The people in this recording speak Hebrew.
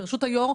ברשות היושב-ראש,